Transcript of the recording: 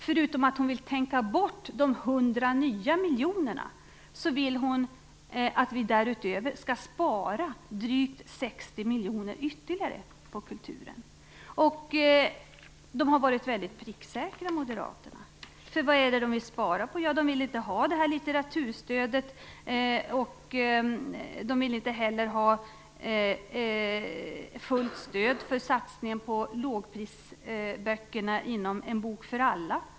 Förutom att hon vill tänka bort de 100 nya miljonerna vill Elisabeth Fleetwood att vi därutöver skall spara drygt 60 miljoner ytterligare på kulturen. Här har Moderaterna varit väldigt pricksäkra. Vad är det de vill spara på? Jo, de vill inte ha litteraturstödet. De vill inte ha fullt stöd för satsningen på lågprisböckerna inom En bok för alla.